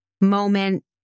moment